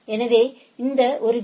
எனவே ஒரு பி